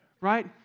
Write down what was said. right